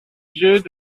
dieux